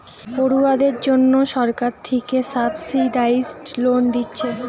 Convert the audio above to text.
পড়ুয়াদের জন্যে সরকার থিকে সাবসিডাইস্ড লোন দিচ্ছে